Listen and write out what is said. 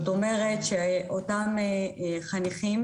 כלומר אותם חניכים,